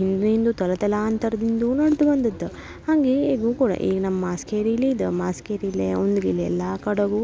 ಹಿಂದಿಂದ್ಲೂ ತಲೆತಲಾಂತರದಿಂದ್ಲೂ ನಡ್ದು ಬಂದದ್ದು ಹಾಗೇ ಈಗ್ಲೂ ಕೂಡ ಈಗ ನಮ್ಮ ಮಾಸ್ಕೇರಿಲಿ ಇದೆ ಮಾಸ್ಕೇರಿಲಿ ಉಂದ್ಗಿಲ್ ಎಲ್ಲ ಕಡಗೂ